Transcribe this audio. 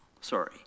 sorry